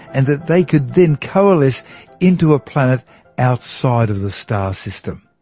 and that they could then coalesce into a planet outside of the star system.